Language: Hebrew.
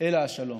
אלא השלום.